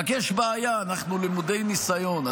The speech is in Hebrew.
רק יש בעיה: אנחנו למודי ניסיון.